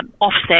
offset